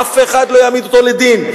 אף אחד לא יעמיד אותו לדין.